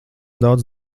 daudz